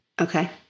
Okay